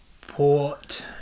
port